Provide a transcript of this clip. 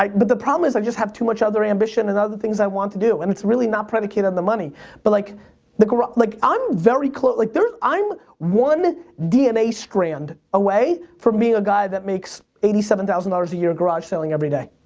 but the problem is i just have too much other ambition and other things i want to do and it's really not predicated on the money but like the garage, like i'm very close, like i'm one dna strand away from being a guy that makes eighty seven thousand dollars a year garage saleing every day.